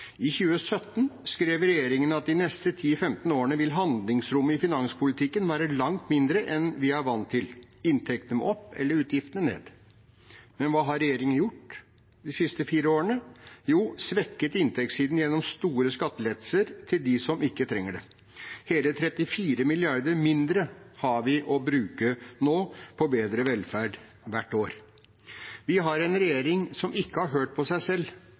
I 2017 skrev regjeringen at de neste 10–15 årene vil handlingsrommet i finanspolitikken være langt mindre enn vi er blitt vant til. Inntektene må opp eller utgiftene ned. Men hva har regjeringen gjort de siste fire årene? Jo, den har svekket inntektssiden gjennom store skattelettelser til dem som ikke trenger det. Hele 34 milliarder mindre har vi nå å bruke på bedre velferd – hvert år! Vi har en regjering som ikke har hørt på seg selv,